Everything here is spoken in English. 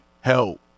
help